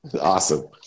Awesome